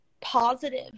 positive